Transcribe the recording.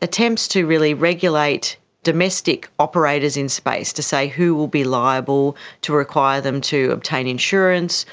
attempts to really regulate domestic operators in space, to say who will be liable to require them to obtain insurance,